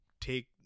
take